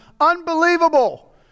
Unbelievable